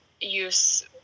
use